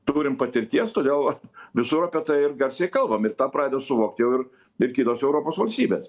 turim patirties todėl visur apie tai ir garsiai kalbam ir tą pradeda suvokt jau ir ir kitos europos valstybės